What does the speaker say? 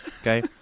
Okay